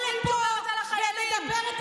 בעיניי ובעיני רבים,